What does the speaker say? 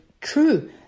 true